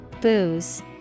Booze